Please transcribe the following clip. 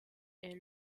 est